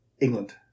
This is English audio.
England